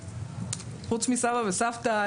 חוץ מסבא וסבתא,